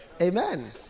amen